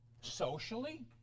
socially